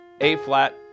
A-flat